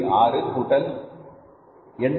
6 கூட்டல் 0